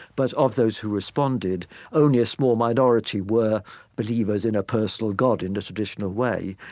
but of those who responded only a small minority were believers in a personal god, in a traditional way.